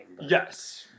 Yes